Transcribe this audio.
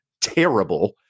terrible